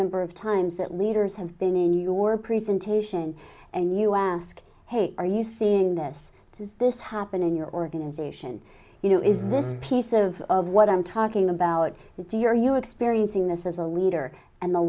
number of times that leaders have been in your presentation and you ask hey are you seeing this does this happen in your organization you know is this piece of of what i'm talking about is do you are you experiencing this as a leader and the